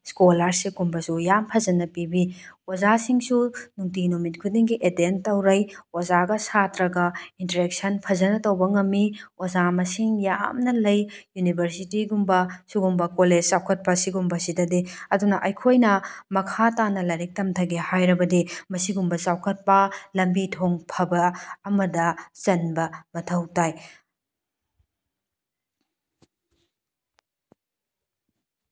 ꯏꯁꯀꯣꯂꯥꯔꯁꯤꯞꯀꯨꯝꯕꯁꯨ ꯌꯥꯝ ꯐꯖꯅ ꯄꯤꯕꯤ ꯑꯣꯖꯥꯁꯤꯡꯁꯨ ꯅꯨꯡꯇꯤ ꯅꯨꯃꯤꯠ ꯈꯨꯗꯤꯡꯒꯤ ꯑꯦꯇꯦꯟ ꯇꯧꯔꯩ ꯑꯣꯖꯥꯒ ꯁꯥꯇ꯭ꯔꯒ ꯏꯟꯇ꯭ꯔꯦꯛꯁꯟ ꯐꯖꯅ ꯇꯧꯕ ꯉꯝꯃꯤ ꯑꯣꯖꯥ ꯃꯁꯤꯡ ꯌꯥꯝꯅ ꯂꯩ ꯌꯨꯅꯤꯚꯔꯁꯤꯇꯤꯒꯨꯝꯕ ꯁꯨꯒꯨꯝꯕ ꯀꯣꯂꯦꯖ ꯆꯥꯎꯈꯠꯄ ꯁꯤꯒꯨꯝꯕꯁꯤꯗꯗꯤ ꯑꯗꯨꯅ ꯑꯩꯈꯣꯏꯅ ꯃꯈꯥ ꯇꯥꯅ ꯂꯥꯏꯔꯤꯛ ꯇꯝꯊꯒꯦ ꯍꯥꯏꯔꯕꯗꯤ ꯃꯁꯤꯒꯨꯝꯕ ꯆꯥꯎꯈꯠꯄ ꯂꯝꯕꯤ ꯊꯣꯡ ꯐꯕ ꯑꯃꯗ ꯆꯟꯕ ꯃꯊꯧ ꯇꯥꯏ